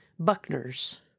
Buckners